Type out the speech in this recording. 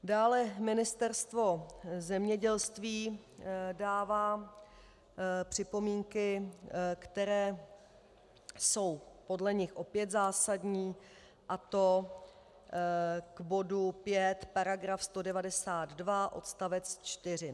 Dále Ministerstvo zemědělství dává připomínky, které jsou podle nich opět zásadní, a to k bodu 5 § 192 odst. 4.